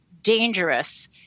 dangerous